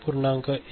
1 0